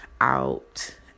out